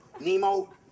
Nemo